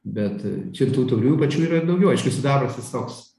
bet čia tų tauriųjų pačių yra ir daugiau aišku sidabras jis toks